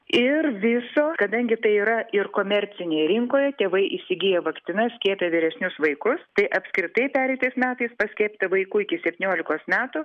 ir viso kadangi tai yra ir komercinėj rinkoje tėvai įsigiję vakcinas skiepija vyresnius vaikus tai apskritai pereitais metais paskiepyta vaikų iki septyniolikos metų